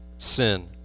sin